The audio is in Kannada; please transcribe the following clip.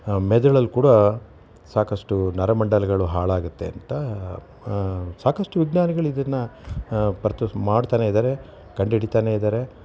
ಮೆದುಳಲ್ಲಿ ಕೂಡ ಸಾಕಷ್ಟು ನರಮಂಡಲಗಳು ಹಾಳಾಗತ್ತೆ ಅಂತ ಸಾಕಷ್ಟು ವಿಜ್ಞಾನಿಗಳು ಇದನ್ನು ಮಾಡ್ತಾನೆ ಇದ್ದಾರೆ ಕಂಡ್ಹಿಡೀತಾನೇ ಇದ್ದಾರೆ